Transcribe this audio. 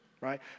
right